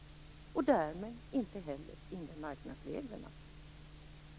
Därmed gäller inte heller inremarknadsreglerna.